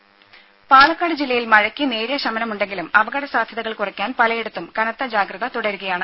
രുമ പാലക്കാട് ജില്ലയിൽ മഴയ്ക്ക് നേരിയ ശമനമുണ്ടെങ്കിലും അപകട സാധ്യതകൾ കുറയ്ക്കാൻ പലയിടത്തും കനത്ത ജാഗ്രത തുടരുകയാണ്